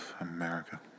America